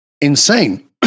insane